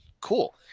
Cool